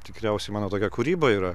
tikriausiai mano tokia kūryba yra